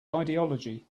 ideology